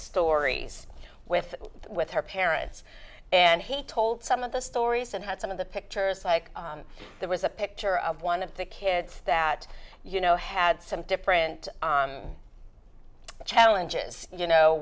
stories with with her parents and he told some of the stories and had some of the pictures like there was a picture of one of the kids that you know had some different challenges you know